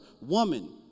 Woman